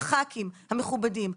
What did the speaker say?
הח"כים המכובדים,